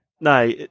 No